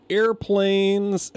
airplanes